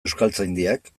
euskaltzaindiak